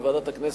בוועדת הכנסת,